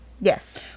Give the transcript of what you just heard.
Yes